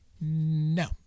No